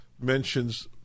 mentions